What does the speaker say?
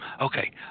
Okay